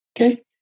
Okay